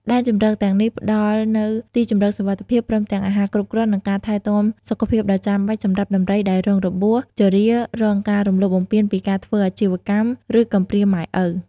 ដែនជម្រកទាំងនេះផ្តល់នូវ ទីជម្រកសុវត្ថិភាព ព្រមទាំង អាហារគ្រប់គ្រាន់ និង ការថែទាំសុខភាព ដ៏ចាំបាច់សម្រាប់ដំរីដែលរងរបួស ជរា រងការរំលោភបំពានពីការធ្វើអាជីវកម្ម ឬកំព្រាម៉ែឪ។